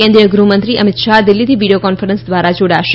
કેન્દ્રીય ગૃહમંત્રી અમિત શાહ દિલ્હીથી વિડીયો કોન્ફરન્સ દ્વારા જોડાશે